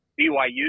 BYU